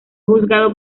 juzgado